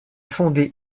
fondé